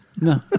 No